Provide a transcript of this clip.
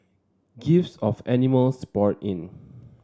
gifts of animals poured in